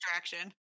distraction